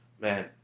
man